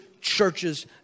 churches